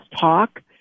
talk